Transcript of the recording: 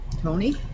Tony